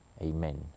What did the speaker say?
Amen